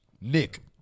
Nick